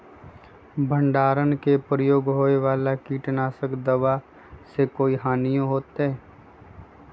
भंडारण में प्रयोग होए वाला किट नाशक दवा से कोई हानियों होतै?